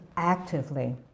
actively